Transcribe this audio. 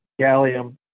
Gallium